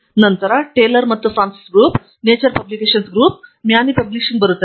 ತದನಂತರ ಟೇಲರ್ ಮತ್ತು Francis group Nature publications group ಮತ್ತು ಮ್ಯಾನಿ ಪಬ್ಲಿಷಿಂಗ್ ಬರುತ್ತದೆ